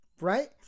Right